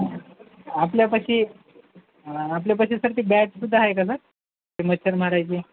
आपल्यापाशी आपल्यापाशी सर ते बॅटसुद्धा आहे का सर ते मच्छर मारायची